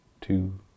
two